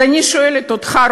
אז אני שואלת אותך,